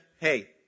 hey